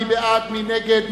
מי בעד?